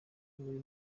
muri